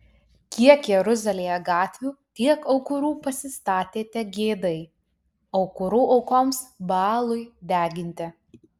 kiek jeruzalėje gatvių tiek aukurų pasistatėte gėdai aukurų aukoms baalui deginti